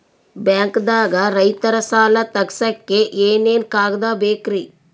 ಬ್ಯಾಂಕ್ದಾಗ ರೈತರ ಸಾಲ ತಗ್ಸಕ್ಕೆ ಏನೇನ್ ಕಾಗ್ದ ಬೇಕ್ರಿ?